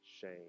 shame